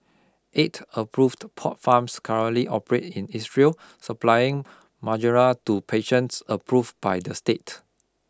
eight approved pot farms currently operate in Israel supplying marijuana to patients approved by the state